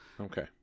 Okay